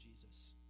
Jesus